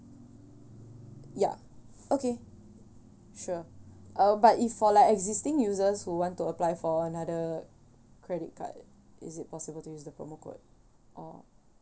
ya okay sure uh but if for like existing users who want to apply for another credit card is it possible to use the promo code or